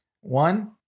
One